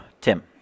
tim